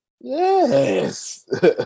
Yes